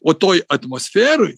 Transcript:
o toj atmosferoj